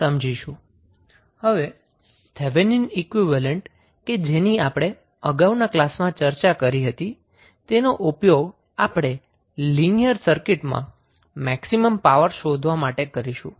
હવે Thevenin equivalent કે જેની આપણે અગાઉના ક્લાસમાં ચર્ચા કરી હતી તેનો ઉપયોગ આપણે લીનિયર સર્કિટમાં મેક્સિમમ પાવર શોધવા માટે કરીશું